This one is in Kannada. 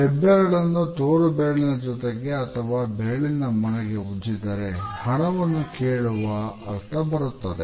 ಹೆಬ್ಬೆರಳನ್ನು ತೋರು ಬೆರಳಿನ ಜೊತೆಗೆ ಅಥವಾ ಬೆರಳಿನ ಮೊನೆಗೆ ಉಜ್ಜಿದರೆ ಹಣವನ್ನು ಕೇಳುವ ಅರ್ಥ ಬರುತ್ತದೆ